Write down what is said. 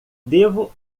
devo